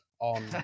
on